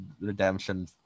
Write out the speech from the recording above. Redemption